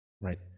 right